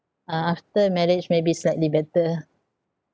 after marriage maybe slightly better ah